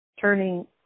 Turning